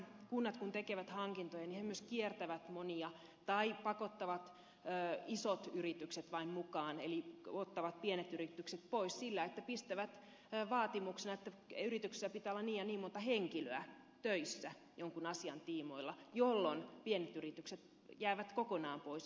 kun kunnat tekevät hankintoja ne myös kiertävät monia tai pakottavat isot yritykset vain mukaan eli ottavat pienet yritykset pois sillä että pistävät vaatimuksena että yrityksessä pitää olla niin ja niin monta henkilöä töissä jonkin asian tiimoilla jolloin pienet yritykset jäävät kokonaan pois